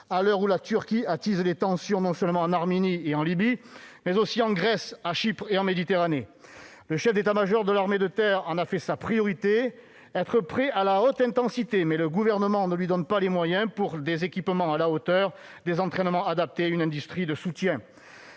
à l'heure où la Turquie attise les tensions non seulement en Arménie et en Libye, mais aussi en Grèce, à Chypre et en Méditerranée. Le chef d'état-major de l'armée de terre en a fait sa priorité, « être prêt à la haute intensité », mais le Gouvernement ne lui donne pas les moyens de disposer d'équipements à la hauteur, des entraînements adaptés, d'une industrie de soutien.